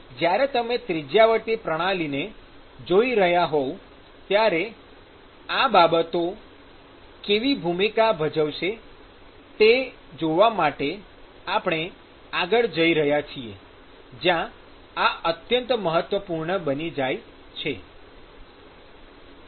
જ્યારે તમે ત્રિજ્યાવર્તી પ્રણાલીને જોઈ રહ્યા હોય ત્યારે આ બાબતો કેવી ભૂમિકા ભજવશે તે જોવા માટે આપણે આગળ જઈ રહ્યા છીએ જ્યાં આ અત્યંત મહત્વપૂર્ણ બની જાય છે